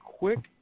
quick